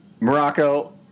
Morocco